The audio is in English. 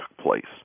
place